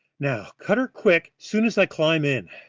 now, cut her quick, soon as i climb in.